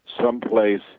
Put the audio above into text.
someplace